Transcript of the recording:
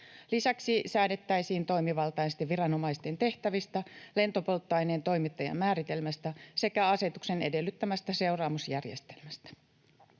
Lisäksi säädettäisiin toimivaltaisten viranomaisten tehtävistä, lentopolttoaineen toimittajan määritelmästä sekä asetuksen edellyttämästä seuraamusjärjestelmästä.